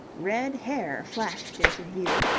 red hair flashed into view,